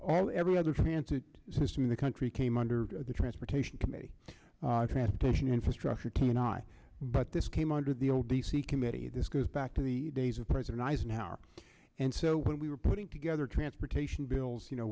committee every other transit system in the country came under the transportation committee transportation infrastructure t n i but this came under the old d c committee this goes back to the days of president eisenhower and so when we were putting together transportation bills you know